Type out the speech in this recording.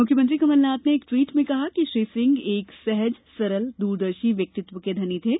मुख्यमंत्री कमलनाथ ने एक ट्वीट में कहा कि श्री सिंह एक सहज सरल दूरदर्शी व्यक्तित्व के धनी थे